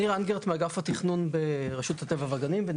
ניר אנגרט, אני מאגף התכנון, ברשות הטבע והגנים.